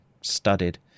studded